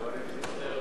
מוותר.